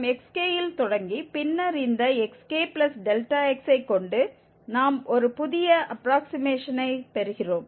நாம் xk இல் தொடங்கி பின்னர் இந்த xkx ஐ கொண்டு நாம் ஒரு புதிய அப்ப்ராக்சிமேஷனை பெறுகிறோம்